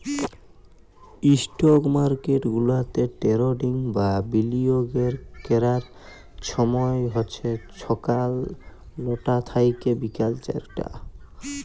stock market গুলাতে trading বা বিলিয়গের ক্যরার ছময় হছে ছকাল লটা থ্যাইকে বিকাল চারটা